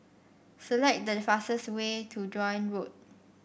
select the fastest way to Joan Road